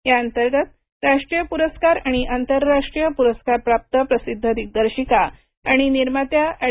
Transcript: याअंतर्गत राष्ट्रीय पुरस्कार आणि आंतरराष्ट्रीय पुरस्कार प्राप्त प्रसिद्ध दिग्दर्शिका आणि निर्माती एड